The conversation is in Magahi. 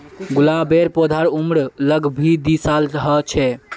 गुलाबेर पौधार उम्र लग भग दी साल ह छे